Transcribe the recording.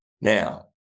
Now